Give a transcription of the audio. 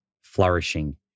flourishing